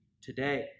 today